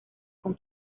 con